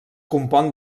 compon